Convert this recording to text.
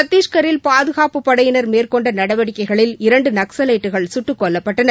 சத்திஷ்கரில் பாதுகாப்புப் படையினர் மேற்கொண்ட நடவடிக்கைகளில் இரண்டு நக்ஸலைட்டுகள் சுட்டுக் கொல்லப்பட்டனர்